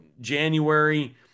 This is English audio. January